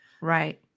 Right